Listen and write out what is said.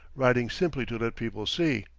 riding simply to let people see.